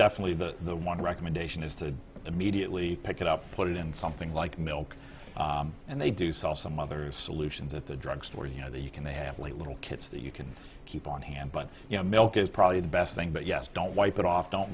definitely the the one recommendation is to immediately pick it up put it in something like milk and they do sell some other solutions at the drug store you know that you can they have little kits that you can keep on hand but you know milk is probably the best thing but yes don't wipe it off don't